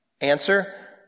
Answer